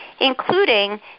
including